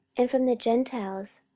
and from the gentiles,